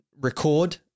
record